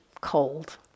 cold